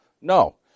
No